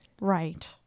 Right